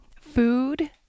food